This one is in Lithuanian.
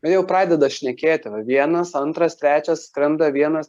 bet jie jau pradeda šnekėti va vienas antras trečias skrenda vienas